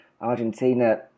Argentina